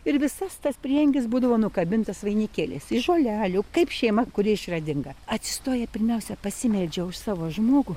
ir visas tas prieangis būdavo nukabintas vainikėliais iš žolelių kaip šeima kuri išradinga atsistoja pirmiausia pasimeldžia už savo žmogų